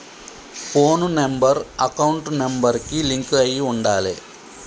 పోను number account number కి link అయ్యి ఉండాలే